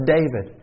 David